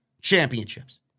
championships